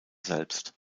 selbst